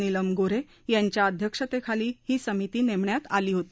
Neelam Gorhe यांच्या अध्यक्षतेखाली ही समिती नेमण्यात आली होती